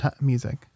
music